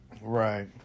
Right